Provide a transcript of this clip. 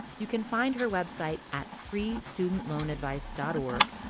you can find her website at freestudentloanadvice dot org.